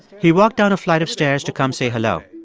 he walked down a flight of stairs to come say hello.